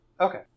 Okay